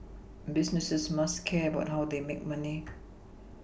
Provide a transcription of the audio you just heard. businesses must care about how they make money